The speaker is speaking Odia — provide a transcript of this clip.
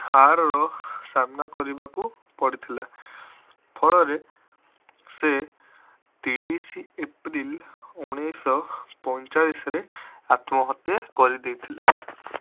ହାର୍ର ସାମ୍ନା କରିବାକୁ ପଡ଼ିଥିଲା ଫଳରେ ସେ ତିରିଶ ଏପ୍ରିଲ ଉଣେଇଶହ ପଇଁଚାଳିଶରେ ଆତ୍ମହତ୍ୟା କରିଦେଇଥିଲେ